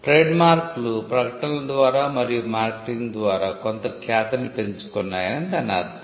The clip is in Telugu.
ట్రేడ్మార్క్లు ప్రకటనల ద్వారా మరియు మార్కెటింగ్ ద్వారా కొంత ఖ్యాతిని పెంచుకున్నాయని దాని అర్థం